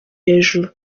hejuru